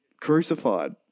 crucified